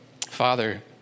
Father